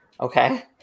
Okay